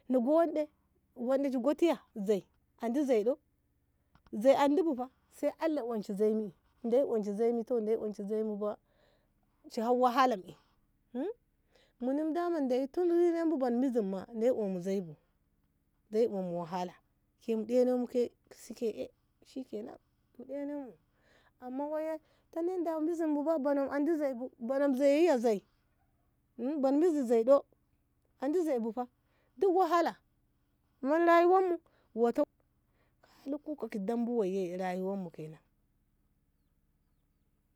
Na go waɗe, wanɗe shi gotiya zei andi zei ɗo sai allah unshi zuimi deiyi unshi zuimu ba sha wahala me um muni daman ma tun rina bun mizi ma na unmu zuibu deiyi unmu wahala kin ɗeno muke kesi ey shikenan mu ɗenanmu amma waye tani ma mizi mu na buno andi zuimu bu iya zui buni mizi zui ɗo andi zui bu ba duk wahala ma rayuwarmu wato liko ka dambu muye rayuwamu kenan.